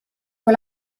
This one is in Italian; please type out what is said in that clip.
con